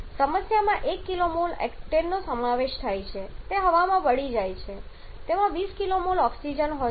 સમસ્યામાં 1 kmol ઓક્ટેનનો સમાવેશ થાય છે તે હવામાં બળી જાય છે જેમાં 20 kmol ઓક્સિજન હોય છે